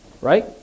right